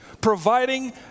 providing